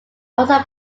also